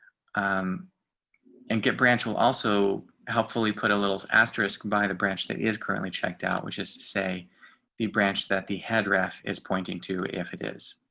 um and get branch will also hopefully put a little asterisk by the branch that is currently checked out, which is to say the branch that the head ref is pointing to, if it is